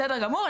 בסדר גמור,